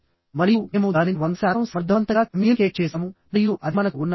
మరియు మేము దానిని 100 శాతం సమర్థవంతంగా కమ్యూనికేట్ చేసాము మరియు అది మనకు ఉన్న భ్రమ